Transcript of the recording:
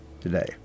today